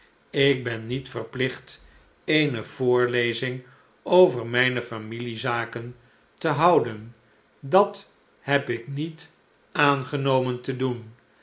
ik ben niet verplicht eene voorlezing over mijne familiezaken te houden dat heb ik niet aangenomen te doen